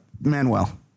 Manuel